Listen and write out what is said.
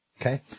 okay